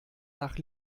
nach